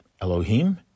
Elohim